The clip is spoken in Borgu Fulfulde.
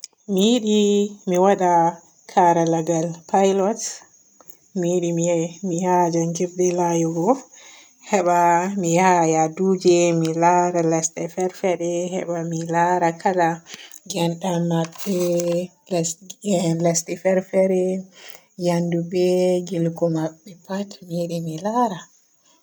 Mi yiɗi mi waada karalagal pilot. Mi yiɗi mi ye mi ya njanngirde laayogo heba mi ya yaduje mi laara lesde fer fere. Mi heba mi laara kala gendam najje lesdi fer fere, nyamdu be gilgo maɓɓepat mi yiɗi mi laara